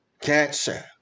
cancer